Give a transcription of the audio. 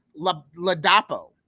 Ladapo